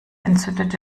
entzündete